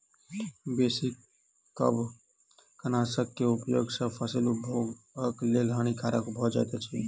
बेसी कवकनाशक के उपयोग सॅ फसील उपभोगक लेल हानिकारक भ जाइत अछि